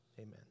Amen